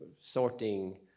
sorting